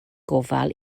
gofal